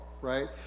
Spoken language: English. right